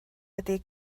ydy